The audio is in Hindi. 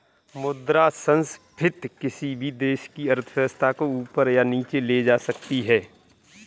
मुद्रा संस्फिति किसी भी देश की अर्थव्यवस्था को ऊपर या नीचे ले जा सकती है